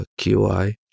QI